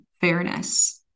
fairness